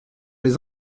les